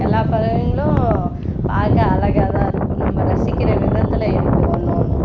எல்லா பறவைங்களும் பார்க்க அழகாதான் இருக்கும் நம்ம ரசிக்கிற விதத்தில் இருக்குது ஒன்று ஒன்றும்